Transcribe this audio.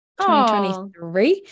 2023